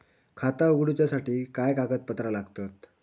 खाता उगडूच्यासाठी काय कागदपत्रा लागतत?